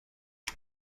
بود